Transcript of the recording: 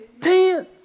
Ten